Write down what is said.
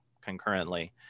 concurrently